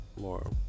More